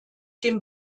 dem